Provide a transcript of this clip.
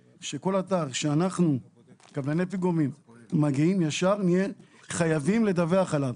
הוא שכל אתר שאנחנו קבלני הפיגומים מגיעים נהיה חייבים לדווח עליו.